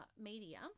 media